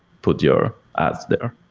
put your ads there.